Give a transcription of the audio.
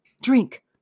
Drink